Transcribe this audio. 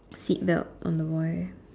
seatbelt on the boy